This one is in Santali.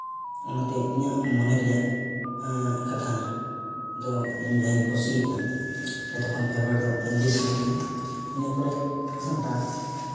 ᱚᱱᱟᱛᱮ ᱤᱧᱟᱹᱜ ᱢᱚᱱᱮ ᱨᱮᱭᱟᱜ ᱠᱟᱛᱷᱟ ᱫᱚ ᱤᱧ ᱡᱟᱦᱟᱸᱧ ᱠᱩᱥᱤᱭᱟᱜᱼᱟ ᱡᱚᱛᱚ ᱠᱷᱚᱱ ᱯᱷᱮᱵᱟᱨᱮᱴ ᱫᱚ ᱤᱝᱞᱤᱥ ᱠᱟᱱ ᱛᱤᱧᱟᱹ ᱤᱱᱟᱹᱯᱚᱨᱮ ᱥᱟᱱᱛᱟᱲ